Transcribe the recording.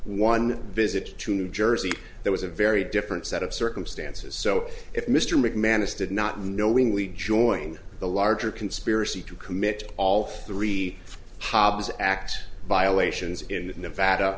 one visit to new jersey there was a very different set of circumstances so if mr mcmanus did not knowingly join the larger conspiracy to commit all three hobs act violations in nevada